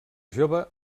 jove